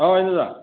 ꯑꯧ ꯏꯟꯗꯣꯟꯆꯥ